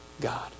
God